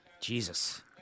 Jesus